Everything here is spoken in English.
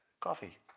coffee